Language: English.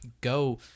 go